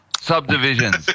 Subdivisions